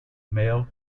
male